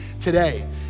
today